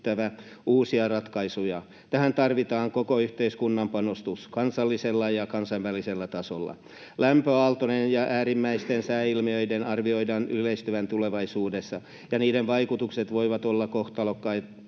uusia ratkaisuja. Tähän tarvitaan koko yhteiskunnan panostus kansallisella ja kansainvälisellä tasolla. Lämpöaaltojen ja äärimmäisten sääilmiöiden arvioidaan yleistyvän tulevaisuudessa, ja niiden vaikutukset voivat olla kohtalokkaita